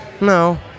No